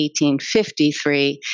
1853